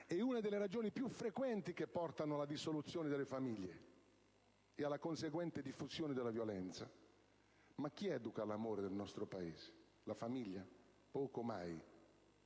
è una delle ragioni più frequenti che portano alla dissoluzione delle famiglie e alla conseguente diffusione della violenza? Ma chi educa all'amore nel nostro Paese? La famiglia? Poco o mai!